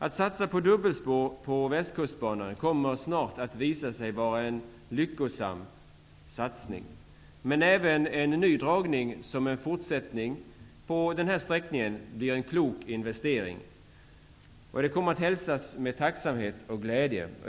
Att satsa på dubbelspår på Västkustbanan kommer snart att visa sig vara lyckosamt. Men även en ny dragning som en fortsättning på den sträckningen blir en klok investering och kommer att hälsas med tacksamhet och glädje.